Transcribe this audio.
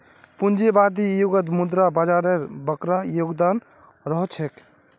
पूंजीवादी युगत मुद्रा बाजारेर बरका योगदान रह छेक